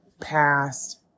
past